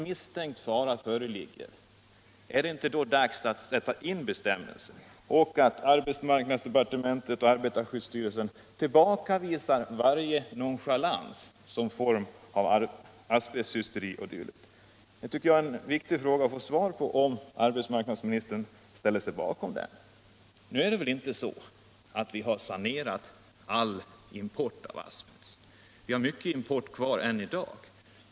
Måste inte då arbetsmarknadsdepartementet och arbetarskyddsstyrelsen tillbakavisa varje nonchalans, såsom uttalanden om asbesthysteri o. d.? Jag tycker det är viktigt att få svar på frågan om arbetsmarknadsministern ställer sig bakom den uppfattningen. Vi har inte sanerat all import av asbest. Vi har ganska stor import kvar än i dag.